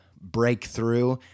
breakthrough